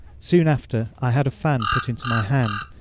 soon after i had a fan put into my hand,